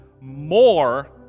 more